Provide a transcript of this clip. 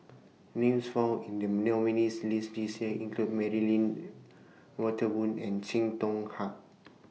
Names found in The nominees' list This Year include Mary Lim Walter Woon and Chee Hong Hat